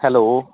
hello